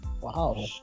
Wow